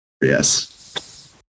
Yes